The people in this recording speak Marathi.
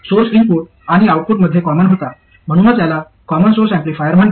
सोर्स इनपुट आणि आउटपुटमध्ये कॉमन होता म्हणूनच याला कॉमन सोर्स एम्पलीफायर म्हणतात